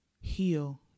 heal